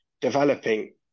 developing